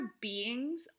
beings